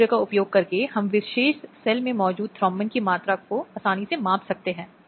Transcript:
बलात्कार को महिला सहमति या इनकार के मामले के रूप में नहीं देखा जा सकता है